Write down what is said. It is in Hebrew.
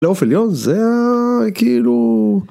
פלייאוף עליון זה הכאילו...